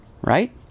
right